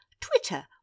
twitter